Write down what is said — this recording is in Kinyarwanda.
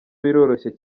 biroroshye